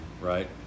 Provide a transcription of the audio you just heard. right